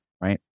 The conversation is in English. right